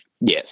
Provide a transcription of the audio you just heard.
Yes